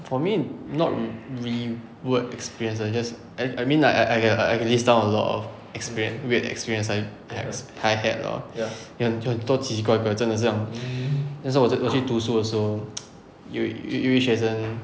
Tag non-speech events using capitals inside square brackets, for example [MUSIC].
for me not reall~ work experience ah it's just I I mean like I err I err list down a lot of experience weird experience I had I had hor 有很有很多奇奇怪怪真的是这样 [BREATH] 那时候我去读书的时候 [NOISE] 有有有一位学生